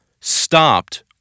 stopped